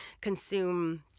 consume